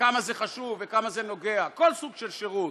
וכמה זה חשוב וכמה זה נוגע, כל סוג של שירות.